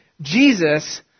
Jesus